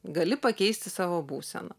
gali pakeisti savo būseną